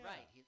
Right